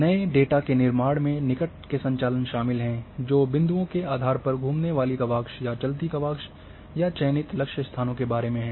नए डेटा के निर्माण में निकट के संचालन शामिल हैं जो बिंदुओं के आधार पर कि घूमने वाली गवाक्ष या चलती गवाक्ष या चयनित लक्ष्य स्थानों के बारे में है